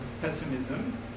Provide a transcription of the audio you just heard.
pessimism